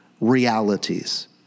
realities